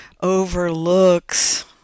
overlooks